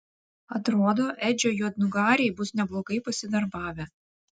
atrodo edžio juodnugariai bus neblogai pasidarbavę